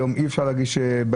היום אי אפשר להגיש ידנית.